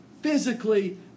physically